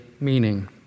meaning